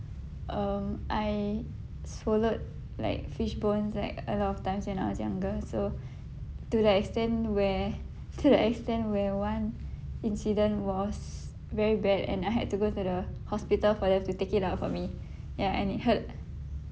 um I swallowed like fish bones like a lot of times when I was younger so to the extent where to the extent where one incident was very bad and I had to go to the hospital for them to take it out for me ya and it hurt